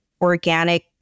organic